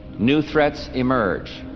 new threats emerge.